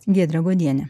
giedrė godienė